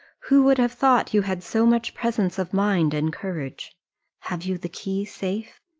who would have thought you had so much presence of mind and courage have you the key safe?